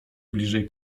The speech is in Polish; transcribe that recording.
bliżej